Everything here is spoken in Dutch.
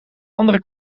andere